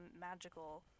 magical